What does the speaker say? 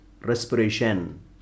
respiration